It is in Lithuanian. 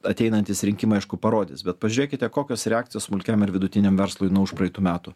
ateinantys rinkimai aišku parodys bet pažiūrėkite kokios reakcijos smulkiam ir vidutiniam verslui nuo užpraeitų metų